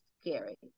scary